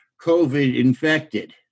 COVID-infected